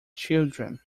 children